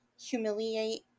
humiliate